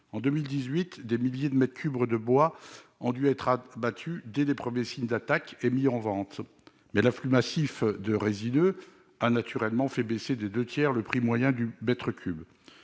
En 2018, des milliers de mètres cubes de bois ont dû être abattus dès les premiers signes d'attaque et mis en vente. Mais l'afflux massif de résineux a fait baisser des deux tiers le prix moyen du mètre cube.